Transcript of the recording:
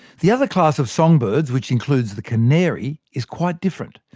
the other class of songbirds, which includes the canary, is quite different.